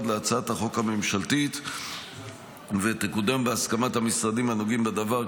להצעת החוק הממשלתית ותקודם בהסכמת המשרדים הנוגעים בדבר,